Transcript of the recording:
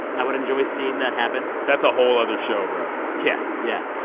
i would enjoy seeing that happen that's a whole other show, bro yeah, yeah.